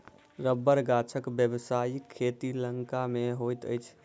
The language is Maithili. रबड़ गाछक व्यवसायिक खेती लंका मे होइत अछि